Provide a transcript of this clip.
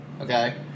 okay